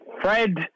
Fred